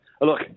Look